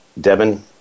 Devin